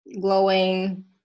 glowing